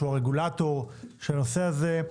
שהוא הרגולטור של הנושא הזה.